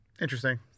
interesting